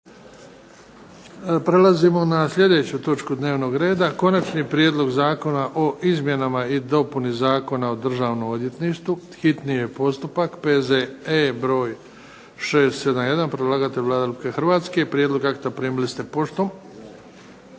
prelazimo na sljedeću točku dnevnog reda - Konačni prijedlog zakona o izmjenama i dopuni Zakona o Državnom odvjetništvu, hitni postupak, prvo i drugo čitanje, P.Z.E. br. 671 Predlagatelj je Vlada Republike Hrvatske. Prijedlog akta primili ste poštom.